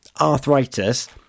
arthritis